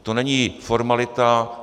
To není formalita.